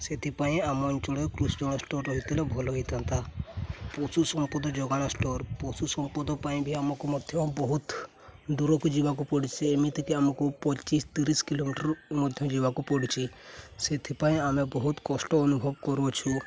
ସେଥିପାଇଁ ଆମ ଅଞ୍ଚଳ କୃଷି ରହିଥିଲେ ଭଲ ହେଇଥାନ୍ତା ପଶୁ ସମ୍ପଦ ଯୋଗାଣ ଷ୍ଟୋର୍ ପଶୁ ସମ୍ପଦ ପାଇଁ ବି ଆମକୁ ମଧ୍ୟ ବହୁତ ଦୂରକୁ ଯିବାକୁ ପଡ଼ୁଛି ଏମିତିକି ଆମକୁ ପଚିଶ ତିରିଶ କିଲୋମିଟର ମଧ୍ୟ ଯିବାକୁ ପଡ଼ୁଛି ସେଥିପାଇଁ ଆମେ ବହୁତ କଷ୍ଟ ଅନୁଭବ କରୁଛୁ